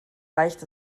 reicht